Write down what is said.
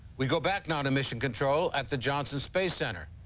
we go back now to mission control at the johnson space center.